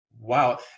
wow